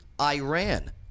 Iran